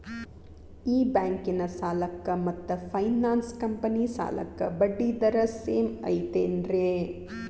ಈ ಬ್ಯಾಂಕಿನ ಸಾಲಕ್ಕ ಮತ್ತ ಫೈನಾನ್ಸ್ ಕಂಪನಿ ಸಾಲಕ್ಕ ಬಡ್ಡಿ ದರ ಸೇಮ್ ಐತೇನ್ರೇ?